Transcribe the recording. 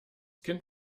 kind